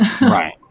Right